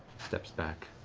steps back.